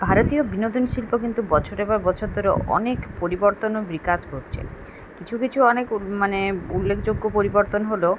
ভারতীয় বিনোদন শিল্প কিন্তু বছরের পর বছর ধরে অনেক পরিবর্তন ও বিকাশ ঘটছে কিছু কিছু অনেক মানে উল্লেখযোগ্য পরিবর্তন হলো